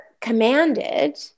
commanded